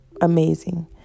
amazing